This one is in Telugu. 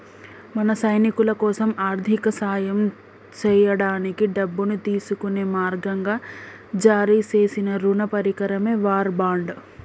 మన సైనికులకోసం ఆర్థిక సాయం సేయడానికి డబ్బును తీసుకునే మార్గంగా జారీ సేసిన రుణ పరికరమే వార్ బాండ్